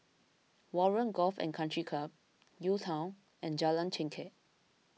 Warren Golf and Country Club UTown and Jalan Chengkek